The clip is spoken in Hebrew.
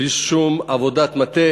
בלי שום עבודת מטה,